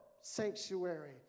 sanctuary